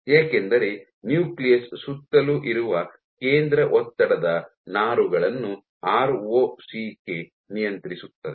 ಏಕೆಂದರೆ ನ್ಯೂಕ್ಲಿಯಸ್ ಸುತ್ತಲೂ ಇರುವ ಕೇಂದ್ರ ಒತ್ತಡದ ನಾರುಗಳನ್ನು ಆರ್ ಒ ಸಿ ಕೆ ನಿಯಂತ್ರಿಸುತ್ತದೆ